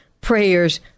prayers